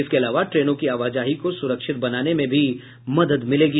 इसके अलावा ट्रेनों की आवाजाही को सुरक्षित बनाने में भी मदद मिलेगी